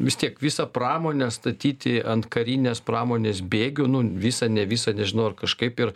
vis tiek visą pramonę statyti ant karinės pramonės bėgių nu visą ne visą nežinau ar kažkaip ir